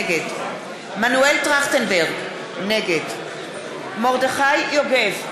נגד מנואל טרכטנברג, נגד מרדכי יוגב,